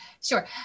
Sure